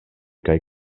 kaj